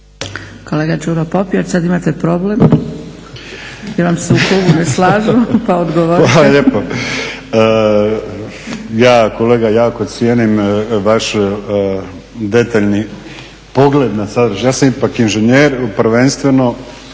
Kolega Đuro Popijač, sada imate problem jer vam se u klubu ne slažu pa odgovorite. **Popijač, Đuro (HDZ)** Hvala lijepo. Ja kolega jako cijenim vaš detaljni pogled na sadržaj, ja sam ipak inženjer prvenstveno